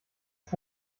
ist